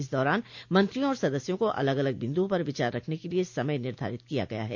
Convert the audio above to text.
इस दौरान मंत्रियों और सदस्यों को अलग अलग बिन्दुओं पर विचार रखने के लिये समय निर्धारित किया गया है